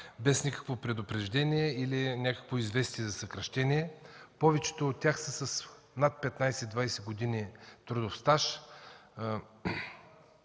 без никакво предупреждение или някакво известие за съкращение. Повечето от тях са с над 15-20 години трудов стаж.